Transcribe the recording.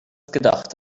gedacht